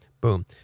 boom